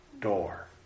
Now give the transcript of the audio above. door